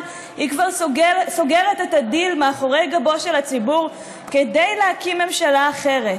היא כבר סוגרת את הדיל מאחורי גבו של הציבור כדי להקים ממשלה אחרת.